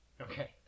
Okay